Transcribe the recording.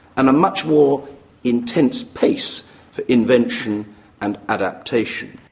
and a much more intense pace for invention and adaptation.